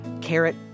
carrot